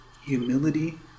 humility